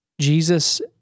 Jesus